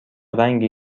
رنگی